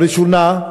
הראשונה,